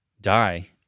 die